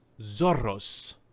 zorros